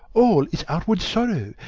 all is outward sorrow,